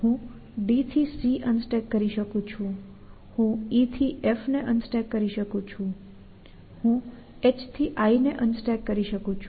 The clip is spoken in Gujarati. હું D થી C Unstack કરી શકું છું હું E થી F ને Unstack કરી શકું છું હું H થી I ને Unstack કરી શકું છું